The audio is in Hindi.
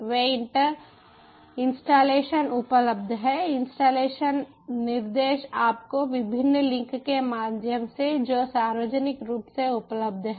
वे इंस्टॉलेशन उपलब्ध हैं इंस्टॉलेशनके निर्देश आपको विभिन्न लिंक के माध्यम से जो सार्वजनिक रूप से उपलब्ध हैं